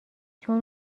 چون